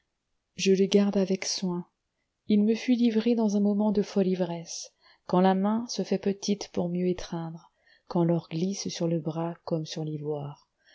je le garde avec soin il me fut livré dans un moment de folle ivresse quand la main se fait petite pour mieux étreindre quand l'or glisse sur le bras comme sur l'ivoire